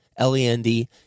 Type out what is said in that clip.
L-E-N-D